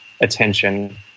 attention